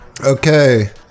Okay